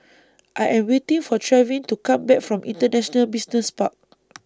I Am waiting For Trevin to Come Back from International Business Park